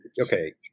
okay